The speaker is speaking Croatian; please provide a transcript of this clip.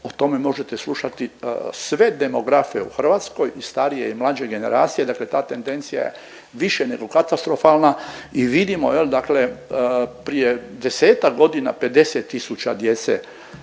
o tome možete slušati sve demografe u Hrvatskoj i starije i mlađe generacije, dakle ta tendencija je više nego katastrofalna i vidimo jel dakle prije 10-tak godina 50 tisuća djece